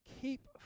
Keep